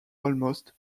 almost